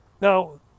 Now